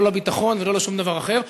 לא לביטחון ולא לשום דבר אחר.